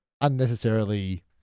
unnecessarily